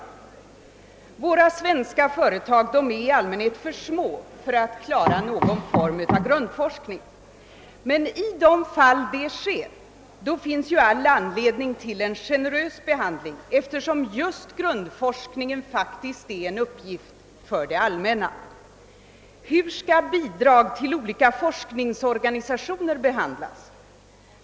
Våra svenska företag är i allmänhet för små för att kunna klara någon form av grundforskning. Men i de fall det sker finns det ju all anledning till en generös behandling, eftersom just grundforskningen faktiskt är en uppgift för det allmänna. Hur skall bidrag till olika forskningsorganisationer behandlas?